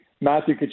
Matthew